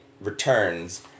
Returns